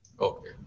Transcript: Okay